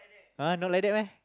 !huh! not like that meh